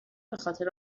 بخاطر